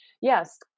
Yes